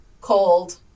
cold